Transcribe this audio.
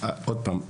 עוד פעם.